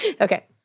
Okay